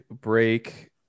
break